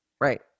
Right